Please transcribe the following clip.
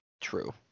True